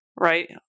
right